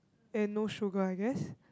and no sugar I guess